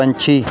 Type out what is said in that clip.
ਪੰਛੀ